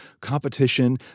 competition